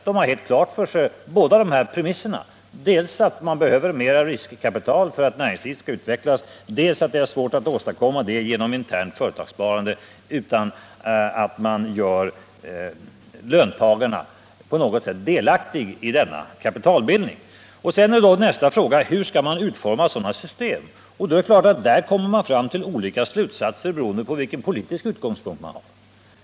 De har helt klart för sig båda dessa premisser — dels att man behöver mera riskvilligt kapital för att näringslivet skall utvecklas, dels att det är svårt att åstadkomma detta genom internt företagssparande utan att man gör löntagarna på något sätt delaktiga i kapitalbildningen. Sedan kommer då nästa fråga: Hur skall man utforma sådana system? Det är klart att man där kommer fram till olika slutsatser beroende på vilken politisk utgångspunkt man har.